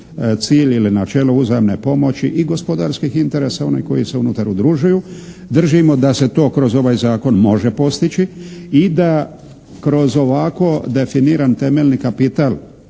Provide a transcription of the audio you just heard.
cilj ili načelo uzajamne pomoći i gospodarskih interesa onaj koji se unutar udružuju. Držimo da se to kroz ovaj zakon može postići i da kroz ovako definiran temeljni kapital